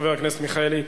חבר הכנסת מיכאלי.